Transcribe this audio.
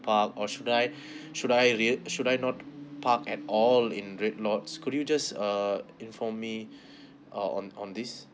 to park or should I should I really should I not park at all in red lots could you just uh inform me uh on on this